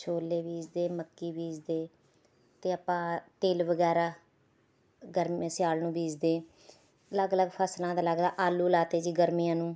ਛੋਲੇ ਬੀਜਦੇ ਮੱਕੀ ਬੀਜਦੇ ਅਤੇ ਆਪਾਂ ਤਿਲ ਵਗੈਰਾ ਗਰਮੀਆਂ ਸਿਆਲ ਨੂੰ ਬੀਜਦੇ ਅਲੱਗ ਅਲੱਗ ਫਸਲਾਂ ਦਾ ਅਲੱਗ ਅਲੱਗ ਆਲੂ ਲਗਾ ਦਿੱਤੇ ਜੀ ਗਰਮੀਆਂ ਨੂੰ